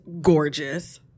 gorgeous